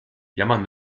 jammern